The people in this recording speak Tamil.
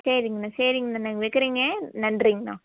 சரிங்கண்ணா சரிங்கண்ணா நான் வைக்கேறேங்க நன்றிங்க அண்ணா